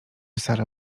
sara